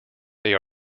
they